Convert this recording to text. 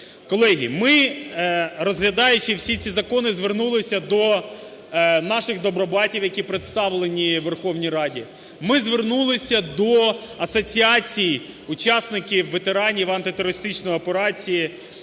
Колеги, ми розглядаючи всі ці закони, звернулися до наших добробатів, які представлені в Верховній Раді. Ми звернулися до Асоціації учасників антитерористичної операції,